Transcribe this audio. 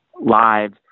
live